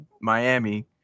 Miami